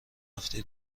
هفته